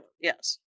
Yes